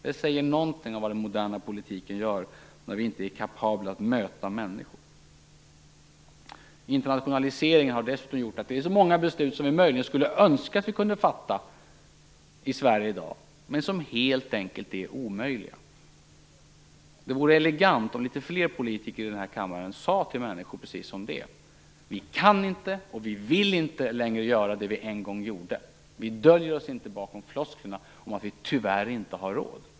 Det säger någonting om vad den moderna politiken gör när vi inte är kapabla att möta människor. Internationaliseringen har dessutom gjort att det är så många beslut som vi möjligen skulle önska att vi kunde fatta i Sverige i dag, men som helt enkelt är omöjliga att fatta här. Det vore elegant om litet fler politiker i den här kammaren sade till människor precis som det är: Vi kan inte och vi vill inte längre göra det vi en gång gjorde. Vi döljer oss inte bakom flosklerna om att vi tyvärr inte har råd.